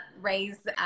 raise